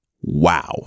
Wow